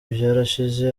byarashize